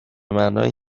معنای